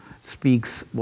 speaks